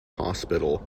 hospital